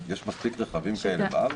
יש מספיק רכבים כאלה בארץ?